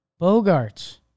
Bogarts